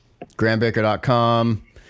Grandbaker.com